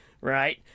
right